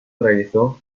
realizó